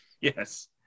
Yes